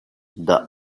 the